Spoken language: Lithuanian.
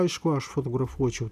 aišku aš fotografuočiau